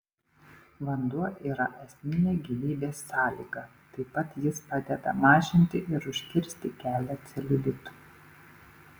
vanduo yra esminė gyvybės sąlyga taip pat jis padeda mažinti ir užkirsti kelią celiulitui